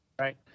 right